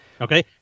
Okay